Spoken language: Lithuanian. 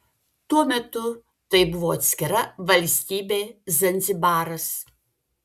tuo metu tai buvo atskira valstybė zanzibaras